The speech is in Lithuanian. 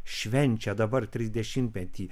švenčia dabar trisdešimtmetį